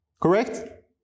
correct